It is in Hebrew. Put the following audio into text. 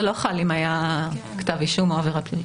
זה לא חל אם היה כתב אישום או עבירה פלילית.